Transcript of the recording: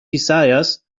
desires